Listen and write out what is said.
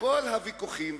בכל הוויכוחים,